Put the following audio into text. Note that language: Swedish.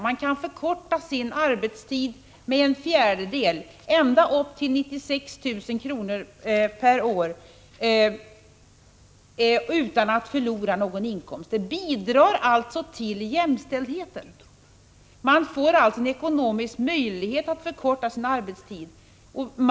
Man kan förkorta sin arbetstid med en fjärdedel, i inkomstlägena upp till 96 000 kr. per år, utan att förlora någon inkomst. Det bidrar alltså till jämställdheten. Man får en ekonomisk möjlighet att förkorta sin arbetstid.